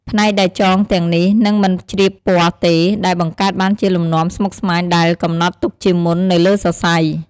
ផ្នែកដែលចងទាំងនេះនឹងមិនជ្រាបពណ៌ទេ ដែលបង្កើតបានជាលំនាំស្មុគស្មាញដែលកំណត់ទុកជាមុននៅលើសរសៃ។